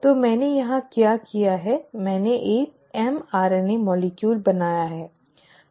तो मैंने यहाँ क्या किया है मैंने एक mRNA अणु बनाया है